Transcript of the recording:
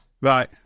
Right